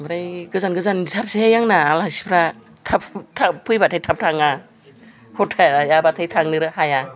ओमफ्राय गोजान गोजान थारसैहाय आंना आलासिफ्रा थाब थाब फैबाथाय थाब थाङा हर थायाबाथाय थांनोनो हाया